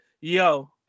yo